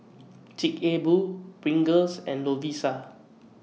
Chic A Boo Pringles and Lovisa